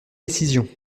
décisions